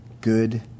Good